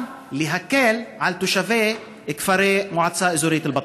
להקל על תושבי כפרי המועצה האזורית אל-בטוף.